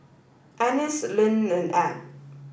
Annis Linn and Abb